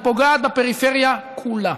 היא פוגעת בפריפריה כולה.